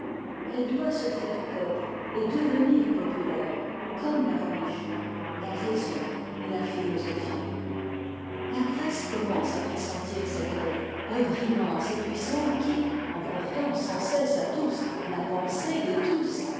elle doit se faire peuple et devenir populaire comme la religion la raison et la philosophie la presse commence à pressentir cette œuvre œuvre immense et puissante qui en portant sans cesse à tous la pensée de tous